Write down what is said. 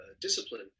discipline